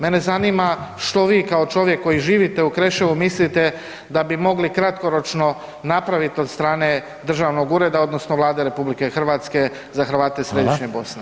Mene zanima što vi kao čovjek koji živite u Kreševu, mislite da bi mogli kratkoročno napraviti od strane državnog ureda odnosno Vlade RH za Hrvate središnje Bosne?